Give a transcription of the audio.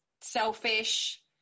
selfish